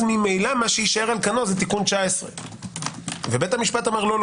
ממילא מה שיישאר על כנו זה תיקון 19. בית המשפט אמר: לא,